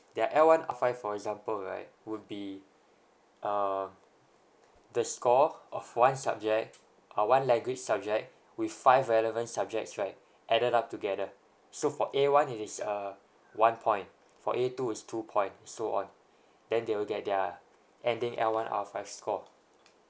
their L one R five for example right would be err the score of one subject uh one language subject with five relevant subjects right added up together so for A one it is err one point for A two is two points so on then they will get their ending L one R five score